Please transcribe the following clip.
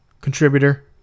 contributor